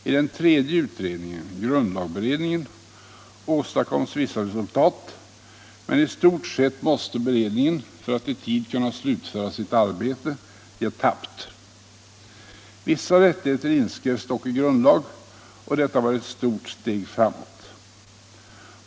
I den tredje utredningen, grundlagberedningen, åstadkoms vissa resultat, men i stort sett måste beredningen för att i tid kunna slutföra sitt arbete ge tappt. Vissa rättigheter inskrevs dock i grundlag, och detta var ett stort steg framåt.